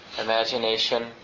imagination